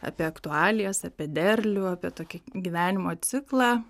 apie aktualijas apie derlių apie tokį gyvenimo ciklą